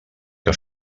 que